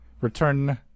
return